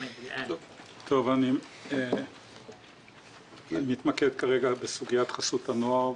אני אתמקד כרגע בסוגיית חסות הנוער,